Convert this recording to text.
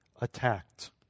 attacked